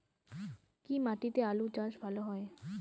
কি মাটিতে আলু চাষ ভালো হয়?